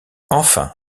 enfin